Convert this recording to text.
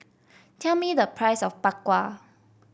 tell me the price of Bak Kwa